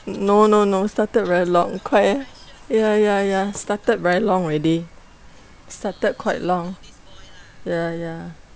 no no no started very long quite eh ya ya ya started very long already started quite long ya ya